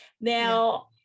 Now